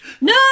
No